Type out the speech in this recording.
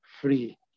free